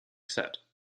said